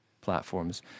platforms